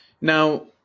Now